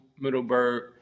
Middleburg